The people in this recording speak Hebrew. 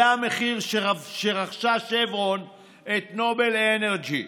זה המחיר שבו רכשה שברון את נובל אנרג'י,